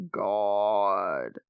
god